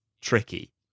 tricky